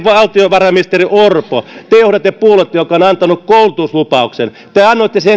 valtiovarainministeri orpo te johdatte puoluetta joka on antanut koulutuslupauksen te annoitte